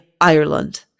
Ireland